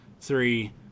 three